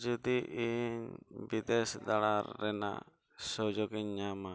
ᱡᱩᱫᱤ ᱤᱧ ᱵᱤᱫᱮᱥ ᱫᱟᱬᱟᱱ ᱨᱮᱱᱟᱜ ᱥᱩᱡᱳᱜᱽ ᱤᱧ ᱧᱟᱢᱟ